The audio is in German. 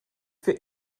für